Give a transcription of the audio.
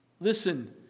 Listen